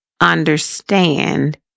understand